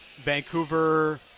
Vancouver